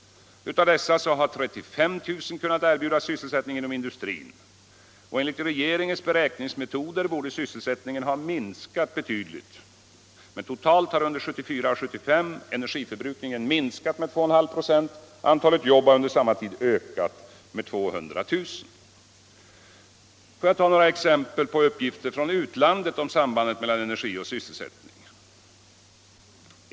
Av dessa har 35 000 kunnat erbjudas sysselsättning inom industrin. Enligt regeringens beräkningsmetoder borde sysselsättningen ha minskat betydligt. Men totalt har under 1974 och 1975 energiförbrukningen minskat med 2,5 KH. Antalet jobb har under samma tid ökat med 200 000. Låt mig ta några exempel på uppgifter från utlandet om sambandet mellan energi och sysselsättning.